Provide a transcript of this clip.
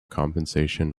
compensation